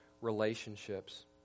relationships